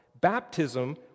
Baptism